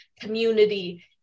community